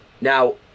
Now